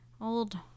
old